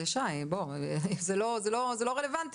זה לא רלוונטי.